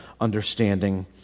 understanding